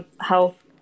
Health